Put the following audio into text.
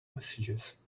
messages